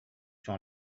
sur